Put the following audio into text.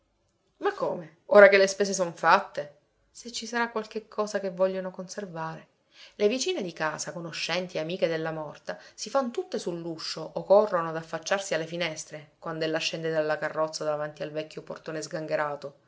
ma come ora che le spese son fatte se ci sarà qualche cosa che vogliono conservare le vicine di casa conoscenti e amiche della morta si fan tutte sull'uscio o corrono ad affacciarsi alle finestre quand'ella scende dalla carrozza davanti al vecchio portone sgangherato